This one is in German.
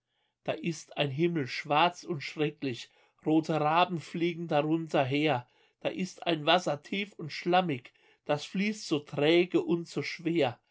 da ist ein himmel schwarz und schrecklich rote raben fliegen darunter her da ist ein wasser tief und schlammig das fließt so träge und so schwer